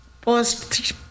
post